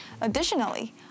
Additionally